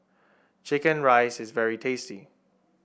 chicken rice is very tasty